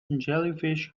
jellyfish